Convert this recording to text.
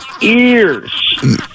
ears